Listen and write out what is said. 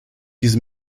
diese